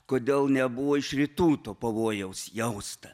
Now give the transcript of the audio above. kodėl nebuvo iš rytų to pavojaus jausta